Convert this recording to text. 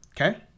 Okay